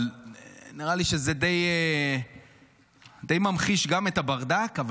אבל נראה לי שזה די ממחיש גם את הברדק אבל